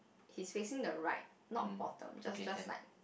he's facing the right not bottom just just like